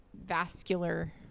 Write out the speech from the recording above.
vascular